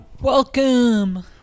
Welcome